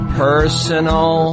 personal